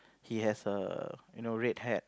he has err you know red hat